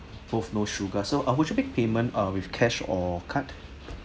both no sugar so uh would you make payment uh with cash or card